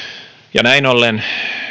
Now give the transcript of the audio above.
näin ollen